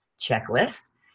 checklist